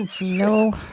no